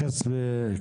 דרך אגב, דיברנו על